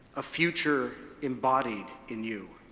a future embodied in you.